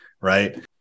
right